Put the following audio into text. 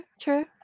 true